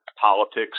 Politics